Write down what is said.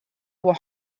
will